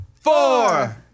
four